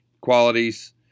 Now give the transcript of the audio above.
qualities